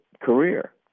career